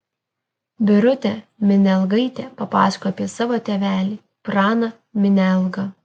birutė minialgaitė papasakojo apie savo tėvelį praną minialgą